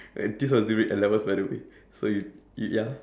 and this was during N levels by the way so